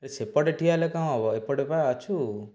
ସେପଟେ ଠିଆହେଲେ କଣ ହେବ ଏପଟେ ବା ଅଛୁ